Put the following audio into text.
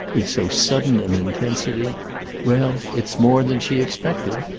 with so sudden an intensity well, it's more than she expected.